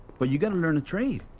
but you gotta learn a trade.